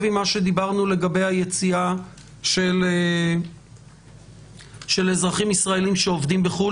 עם מה שדיברנו לגבי היציאה של אזרחים ישראליים שעובדים בחו"ל?